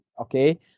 Okay